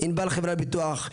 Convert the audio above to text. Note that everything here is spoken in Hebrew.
"ענבל חברת ביטוח",